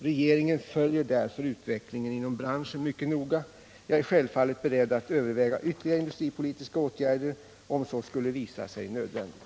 Regeringen följer därför utvecklingen inom branschen mycket noga, Jag är självfallet beredd att överväga ytterligare industripolitiska åtgärder, om så skulle visa sig nödvändigt.